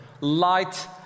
light